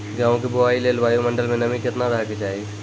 गेहूँ के बुआई लेल वायु मंडल मे नमी केतना रहे के चाहि?